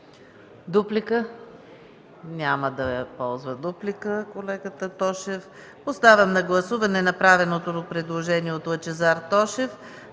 Дуплика? Няма да ползва дуплика колегата Тошев. Поставям на гласуване направеното предложение от Лъчезар Тошев